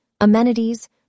Amenities